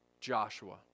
Joshua